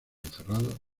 encerrados